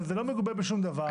אבל זה לא מגובה בשום דבר.